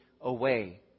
away